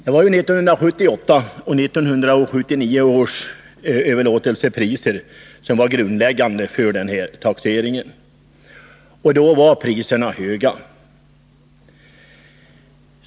Det var ju 1978 och 1979 års överlåtelsepriser som var grundläggande för denna taxering, och då var priserna höga.